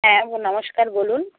হ্যাঁ নমস্কার বলুন